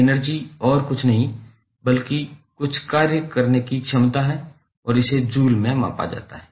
energy और कुछ नहीं बल्कि कुछ कार्य करने की क्षमता है और इसे जूल में मापा जाता है